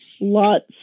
lots